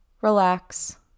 relax